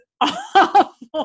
awful